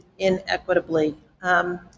inequitably